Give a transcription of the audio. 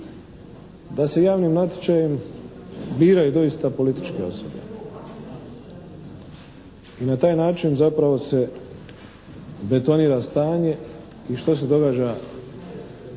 da se javnim natječajem biraju doista političke osobe. I na taj način zapravo se betonira stanje. I što se događa